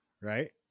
right